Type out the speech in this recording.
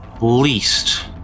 least